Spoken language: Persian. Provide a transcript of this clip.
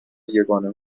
یگانه